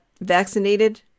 vaccinated